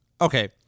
okay